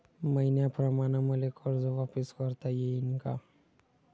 मईन्याप्रमाणं मले कर्ज वापिस करता येईन का?